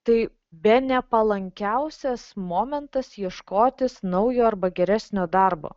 tai bene palankiausias momentas ieškotis naujo arba geresnio darbo